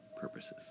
purposes